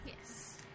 Yes